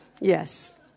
Yes